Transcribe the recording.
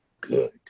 good